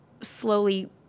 slowly